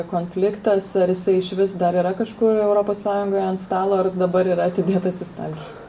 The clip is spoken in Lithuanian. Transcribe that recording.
konfliktas ar jisai iš vis dar yra kažkur europos sąjungoje ant stalo ar dabar yra atidėtas į stalčių